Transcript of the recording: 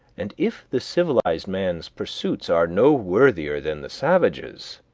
and if the civilized man's pursuits are no worthier than the savage's,